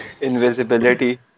Invisibility